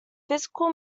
physical